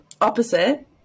opposite